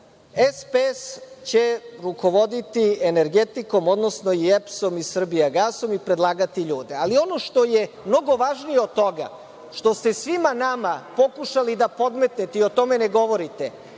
SPS će rukovoditi energetikom, odnosno EPS-om i „Srbijagasom“ i predlagati ljude. Ali, ono što je mnogo važnije od toga, što ste svima nama pokušali da podmetnete i o tome ne govorite,